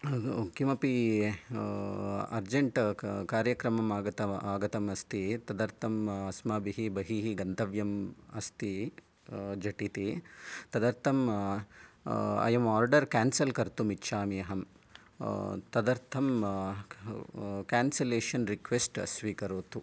किमपि अर्जेण्ड् कार्यक्रमम् आगतम् आगतम् अस्ति तदर्थम् अस्माभिः बहिः गन्तव्यम् अस्ति झटिति तदर्थम् अयम् आर्डर् केन्सेल् कर्तुम् इच्छामि अहम् तदर्थं केन्सेलेशन् रिक्वेस्ट् स्वीकरोतु